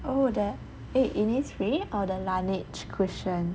oh the eh Innisfree or the Laneige cushion